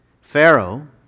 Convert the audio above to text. Pharaoh